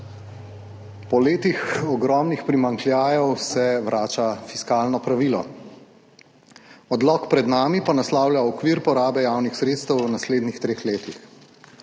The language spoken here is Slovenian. Po letih ogromnih primanjkljajev se vrača fiskalno pravilo. Odlok pred nami pa naslavlja okvir porabe javnih sredstev v naslednjih treh letih.